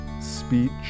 speech